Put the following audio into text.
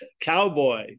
cowboy